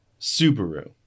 Subaru